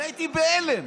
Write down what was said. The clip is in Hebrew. אני הייתי בהלם.